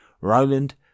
Roland